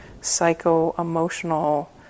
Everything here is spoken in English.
psycho-emotional